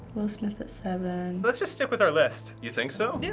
will smith at seven. let's just stick with our list. you think so? yeah,